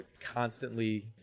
constantly